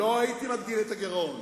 לא הייתי מגדיל את הגירעון.